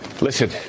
Listen